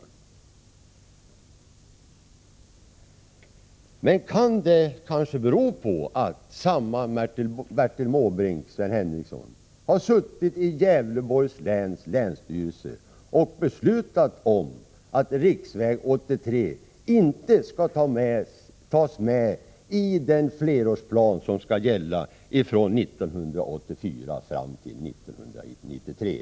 Kan detta, Sven Henricsson, kanske bero på att samme Bertil Måbrink har suttit i Gävleborgs läns länsstyrelse och beslutat om att riksväg 83 inte skall tas med i den flerårsplan som skall gälla från 1984 till 1993?